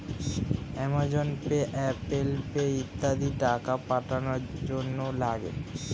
Amazon pay, Apple pay ইত্যাদি টাকা পাঠানোর জন্যে লাগে